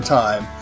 time